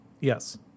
Yes